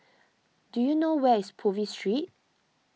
do you know where is Purvis Street